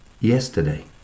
Yesterday